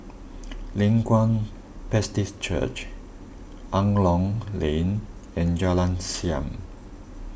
Leng Kwang Baptist Church Angklong Lane and Jalan Siap